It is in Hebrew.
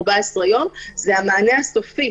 יום, זה על המענה הסופי.